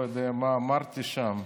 לא יודע מה אמרתי שם.